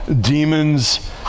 demons